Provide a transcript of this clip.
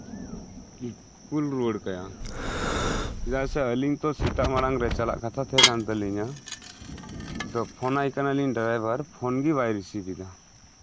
ᱠᱳᱞ ᱨᱩᱲᱟᱹᱣ ᱠᱟᱭᱟ ᱪᱮᱫᱟᱜ ᱥᱮ ᱟᱹᱞᱤᱧ ᱛᱚ ᱥᱮᱛᱟᱜ ᱢᱟᱲᱟᱝ ᱨᱮ ᱪᱟᱞᱟᱜ ᱠᱟᱛᱷᱟ ᱛᱟᱦᱮᱸ ᱠᱟᱱ ᱛᱟᱞᱤᱧᱟ ᱫᱚ ᱯᱷᱳᱱ ᱟᱭ ᱠᱟᱱᱟᱞᱤᱧ ᱰᱨᱟᱭᱵᱷᱟᱨ ᱯᱷᱳᱱ ᱜᱮ ᱵᱟᱭ ᱨᱤᱥᱤᱵᱷ ᱮᱫᱟ